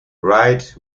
right